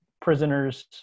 prisoners